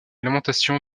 lamentation